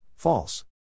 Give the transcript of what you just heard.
False